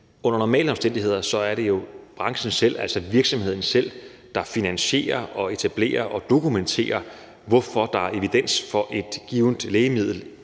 under normale omstændigheder jo er branchen selv, altså virksomhederne selv, der finansierer, etablerer og dokumenterer, hvorfor der er evidens i forbindelse med et givent lægemiddel,